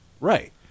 Right